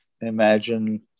imagine